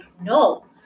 no